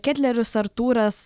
ketlerius artūras